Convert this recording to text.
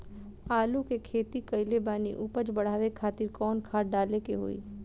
आलू के खेती कइले बानी उपज बढ़ावे खातिर कवन खाद डाले के होई?